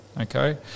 Okay